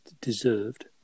deserved